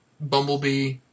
Bumblebee